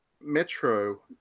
metro